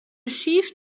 sheaf